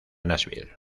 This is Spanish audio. nashville